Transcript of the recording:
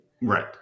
Right